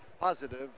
positive